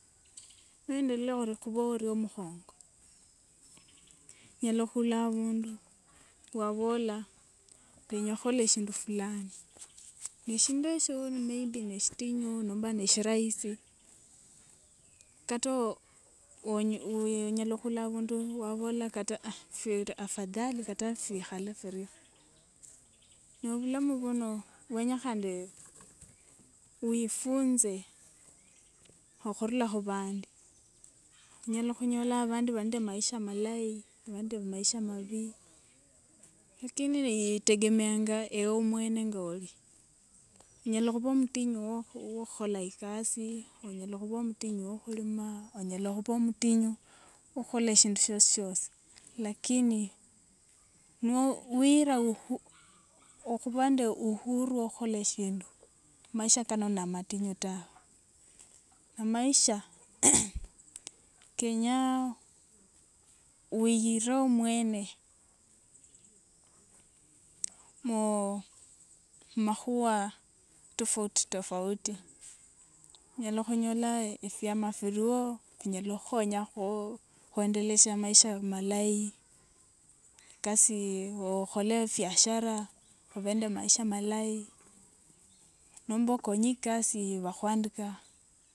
Niwendeleya ori khuba orio mukhongo nyala khula abundu wabola mbinya khole shindu fulani ne eshio ni maybe ni shitinyu nomba ni siraisi, kata oo onyi wi onyala khula abundu wabola kata aa fio afadhali kata fiikhale firio. Nobulamu buno wenya khandi wifunze okhurula khubandi, onyala khonyola abandi bali nde maisha malayi bandi maisha mabi, lakini iitegemeyanga ewe mwene ngoli, onyalakhuba mutinyu wo wokhola ikasi, onyala khuba mutinyu wokhulima, onyala khuba mutinyu wokhola shindu shiosi shiosi lakini nowu wira ukhu okhuba nde uhuru wokhukhola shindu maisha kano namatinyu ta, amaisha kenya wiire omwene moo makhuwa tofauti tofauti, onyala khunyola efiama filio finyala khukhukhonyakho khwendelesia maisha malayi, ikasi okhole fiashara obe nde maisha malayi nomba okenye ikasi iibakhwandika.